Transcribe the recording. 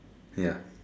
ya